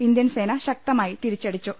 Indian സേന ശക്തമായി തിരിച്ചടിച്ചു